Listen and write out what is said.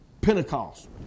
Pentecost